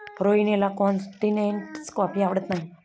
रोहिणीला continental coffee आवडत नाही